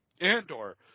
Andor